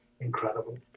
incredible